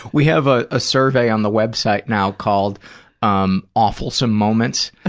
we have a ah survey on the web site now called um awfulsome moments,